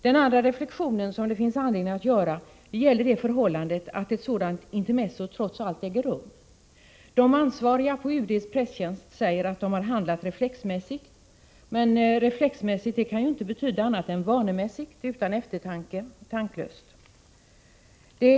Den andra reflexion som det finns anledning att göra gäller det förhållandet att ett sådant intermezzo trots allt äger rum. De ansvariga på UD:s presstjänst säger att de har handlat reflexmässigt. Men ”reflexmässigt” kan ju inte betyda annat än vanemässigt, utan eftertanke, tanklöst.